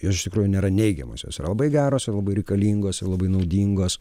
jos iš tikrųjų nėra neigiamosios jos yra labai geros ir labai reikalingos ir labai naudingos